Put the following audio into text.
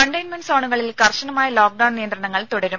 containment സോണുകളിൽ കർശനമായ lockdown നിയന്ത്രണങ്ങൾ തുടരും